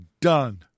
done